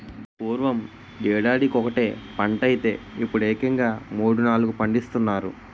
పూర్వం యేడాదికొకటే పంటైతే యిప్పుడేకంగా మూడూ, నాలుగూ పండిస్తున్నారు